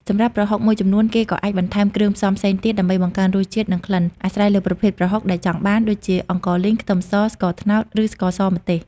សម្រាប់ប្រហុកមួយចំនួន គេក៏អាចបន្ថែមគ្រឿងផ្សំផ្សេងទៀតដើម្បីបង្កើនរសជាតិ និងក្លិន អាស្រ័យលើប្រភេទប្រហុកដែលចង់បាន ដូចជា អង្ករលីង ខ្ទឹមស ស្ករត្នោត ឬស្ករស ម្ទេស។